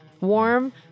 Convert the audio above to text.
warm